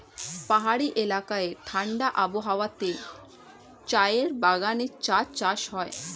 পাহাড়ি এলাকায় ঠাণ্ডা আবহাওয়াতে চায়ের বাগানে চা চাষ হয়